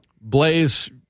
Blaze